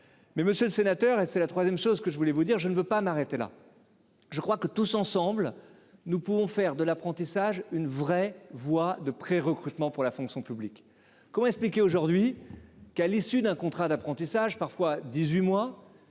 monsieur le sénateur- c'est le troisième élément que je voulais évoquer -, je ne veux pas m'arrêter là. Tous ensemble, nous pouvons faire de l'apprentissage une véritable voie de prérecrutement pour la fonction publique. Comment expliquer aujourd'hui que, à l'issue d'un contrat d'apprentissage d'une durée